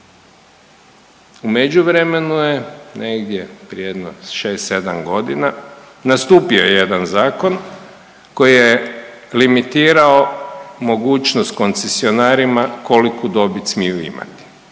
U međuvremenu je negdje prije jedno 6-7.g. nastupio jedan zakon koji je limitirao mogućnost koncesionarima koliku dobit smiju imati